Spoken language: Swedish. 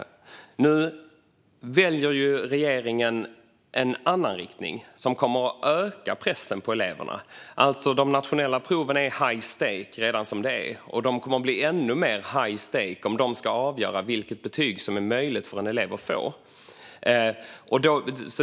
Nu väljer regeringen en annan riktning, som kommer att öka pressen på eleverna. De nationella proven är high stake redan som det är, och de kommer att bli ännu mer high stake om de ska avgöra vilket betyg som är möjligt för en elev att få.